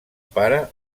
pare